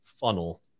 funnel